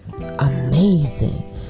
amazing